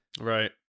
Right